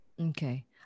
okay